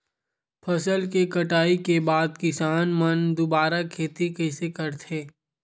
फसल के कटाई के बाद किसान मन दुबारा खेती कइसे करथे?